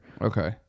Okay